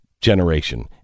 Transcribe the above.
generation